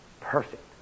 perfect